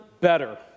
better